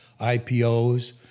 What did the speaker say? IPOs